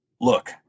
look